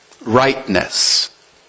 Rightness